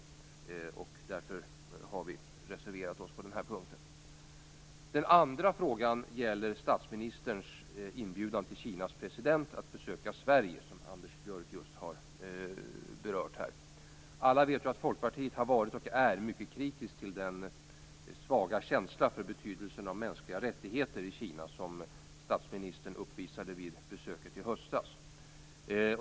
Vi har därför reserverat oss på den här punkten. Den andra frågan gäller statsministerns inbjudan till Kinas president att besöka Sverige, som Anders Björck just har berört. Alla vet att Folkpartiet har varit och är mycket kritiskt till den svaga känsla för betydelsen av mänskliga rättigheter i Kina som statsministern uppvisade vid besöket i höstas.